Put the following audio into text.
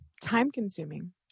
time-consuming